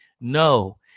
No